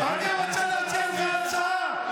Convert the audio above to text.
אני רוצה להציע לך הצעה.